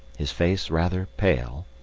his face rather pale,